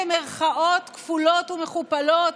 במירכאות כפולות ומכופלות,